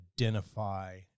identify